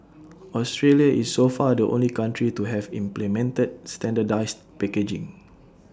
Australia is so far the only country to have implemented standardised packaging